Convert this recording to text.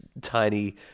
tiny